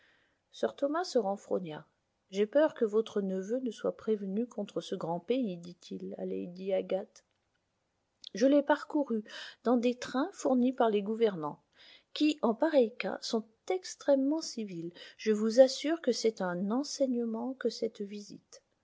se renfrogna j'ai peur que votre neveu ne soit prévenu contre ce grand pays dit-il à lady agathe je l'ai parcouru dans des trains fournis par les gouvernants qui en pareil cas sont extrêmement civils je vous assure que c'est un enseignement que cette visite